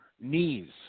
knees